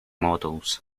models